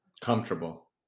Comfortable